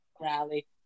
rally